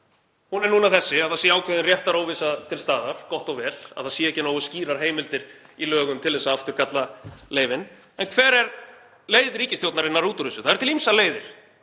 er núna sú að það sé ákveðin réttaróvissa til staðar, gott og vel, að það séu ekki nógu skýrar heimildir í lögum til að afturkalla leyfin. En hver er leið ríkisstjórnarinnar út úr þessu? Það eru til ýmsar leiðir